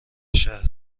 شهر